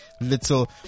Little